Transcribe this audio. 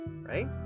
right